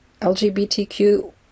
LGBTQ